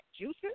juices